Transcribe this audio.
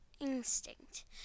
instinct